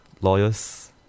lawyers